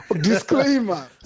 Disclaimer